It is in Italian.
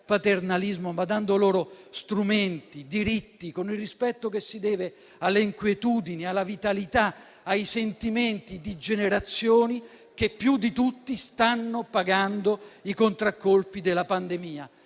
paternalismo, ma dando loro strumenti, diritti, con il rispetto che si deve alle inquietudini, alla vitalità, ai sentimenti di generazioni che, più di tutti, stanno pagando i contraccolpi della pandemia.